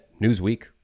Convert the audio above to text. Newsweek